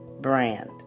brand